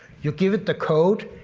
you give it the code,